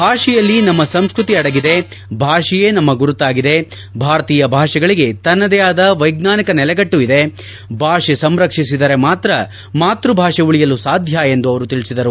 ಭಾಷೆಯಲ್ಲಿ ನಮ್ನ ಸಂಸ್ಕತಿ ಅಡಗಿದೆ ಭಾಷೆಯೇ ನಮ್ನ ಗುರುತಾಗಿದೆ ಭಾರತೀಯ ಭಾಷೆಗಳಿಗೆ ತನ್ನದೇ ಆದ ವೈಜ್ಞಾನಿಕ ನೆಲೆಗಟ್ಟು ಇದೆ ಭಾಷೆ ಸಂರಕ್ಷಿಸಿದರೆ ಮಾತ್ರ ಮಾತೃ ಭಾಷೆ ಉಳಿಯಲು ಸಾಧ್ಯ ಎಂದು ಅವರು ತಿಳಿಸಿದರು